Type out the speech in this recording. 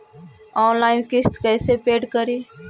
Online किस्त कैसे paid करि?